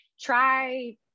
try